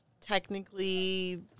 technically